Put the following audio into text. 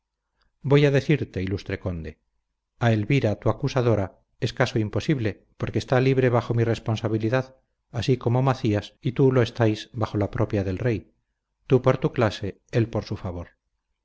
voy a decirte ilustre conde a elvira tu acusadora es caso imposible porque está libre bajo mi responsabilidad así como macías y tú lo estáis bajo la propia del rey tú por tu clase y él por su favor